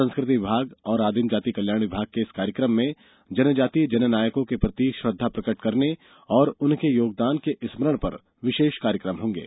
संस्कृति विभाग और आदिम जाति कल्याण विभाग के इस कार्यक्रम में जनजाति जननायकों के प्रति श्रद्धा प्रकट करने और उनके योगदान के स्मरण पर विशेष कार्यक्रम होंगे